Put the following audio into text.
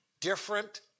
different